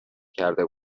کرده